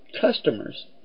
customers